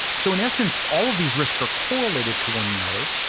so in essence, all of these risks are correlated to one another.